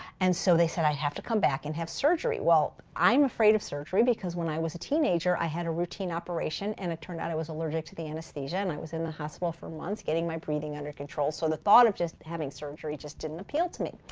and so they said i have to come back and have surgery. well, i'm afraid of surgery because when i was a teenager, i had a routine operation and it turned out i was allergic to the anesthesia and i was in the hospital for months getting my breathing under control, so the thought of just having surgery just didn't appeal to me.